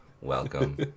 Welcome